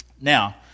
Now